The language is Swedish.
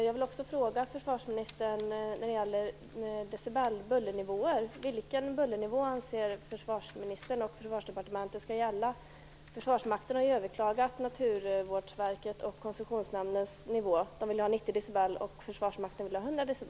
Jag vill också ställa en fråga till försvarsministern om bullernivåer. Vilken bullernivå anser försvarsministern och Försvarsdepartementet skall gälla? Försvarsmakten har ju överklagat Naturvårdsverkets och Koncessionsnämndens nivå. De vill ha 90 dB och